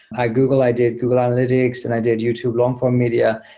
i google, i did google analytics and i did youtube long form media.